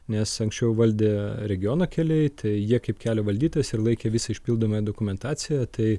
nes anksčiau valdė regiono keliai tai jie kaip kelio valdytojas ir laikė visą išpildomąją dokumentaciją tai